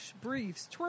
Briefs